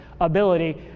ability